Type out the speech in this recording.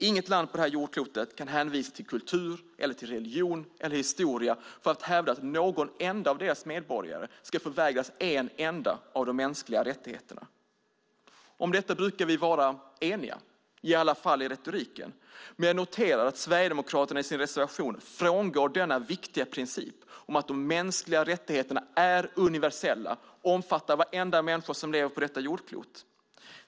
Inget land på det här jordklotet kan hänvisa till kultur, religion eller historia för att hävda att någon enda av deras medborgare ska förvägras en enda av de mänskliga rättigheterna. Vi brukar vara eniga om detta, i alla fall i retoriken. Men jag noterar att Sverigedemokraterna i sin reservation frångår denna viktiga princip om att de mänskliga rättigheterna är universella och omfattar varenda människa som lever på detta jordklot.